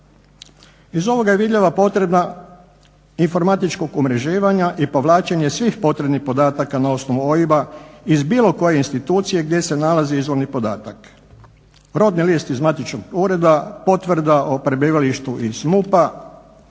Iz ovoga je vidljiva potreba informatičkog umrežavanja i povlačenje svih potrebnih podataka na osnovu OIB-a iz bilo koje institucije gdje se nalazi izvorni podatak. Rodni list iz Matičnog ureda, potvrda iz prebivalištu iz MUP-a,